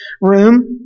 room